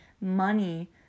money